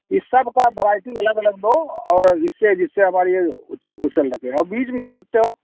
ई सबका बरायटी अलग अलग दो और इससे जिससे हमारी ये और बीज में क्या रखते हो